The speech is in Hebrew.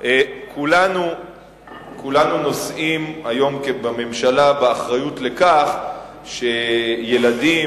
כולנו בממשלה נושאים באחריות לכך שילדים,